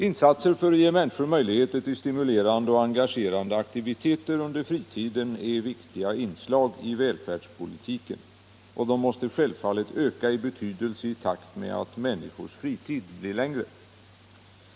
Insatser för att ge människor möjligheter till stimulerande och engagerande aktiviteter under fritiden är viktiga inslag i välfärdspolitiken, och de måste självfallet öka i betydelse i takt med att människors fritid blir längre.